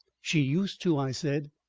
she used to, i said.